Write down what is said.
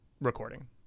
recording